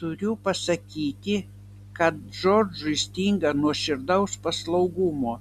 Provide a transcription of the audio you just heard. turiu pasakyti kad džordžui stinga nuoširdaus paslaugumo